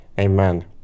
Amen